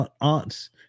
aunts